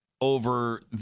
over